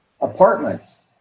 apartments